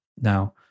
now